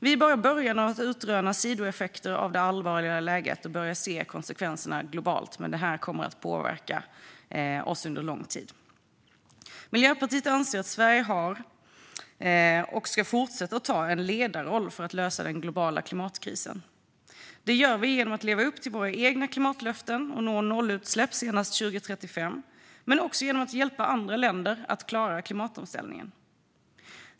Vi är bara i början av att utröna sidoeffekterna av det allvarliga läget. Vi börjar se konsekvenserna globalt, men det här kommer att påverka oss under lång tid. Miljöpartiet anser att Sverige har och ska fortsätta ha en ledarroll för att lösa den globala klimatkrisen. Det gör vi genom att leva upp till våra egna klimatlöften och nå nollutsläpp senast 2035, men också genom att hjälpa andra länder att klara klimatomställningen.